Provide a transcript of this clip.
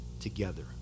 together